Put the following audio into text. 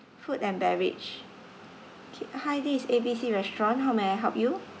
food and beverage okay hi this is A B C restaurant how may I help you